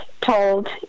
told